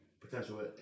potential